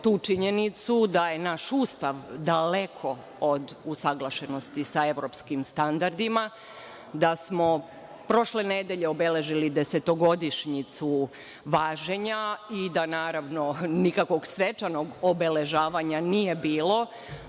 činjenicu da je naš Ustav daleko od usaglašenosti sa evropskim standardima, da smo prošle nedelje obeležili desetogodišnjicu važenja i da, naravno, nikakvog svečanog obeležavanja nije bilo